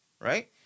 right